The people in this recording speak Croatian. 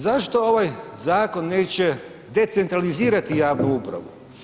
Zašto ovaj zakon neće decentralizirati javnu upravu?